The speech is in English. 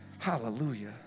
Hallelujah